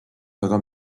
väga